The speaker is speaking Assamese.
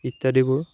ইত্যাদিবোৰ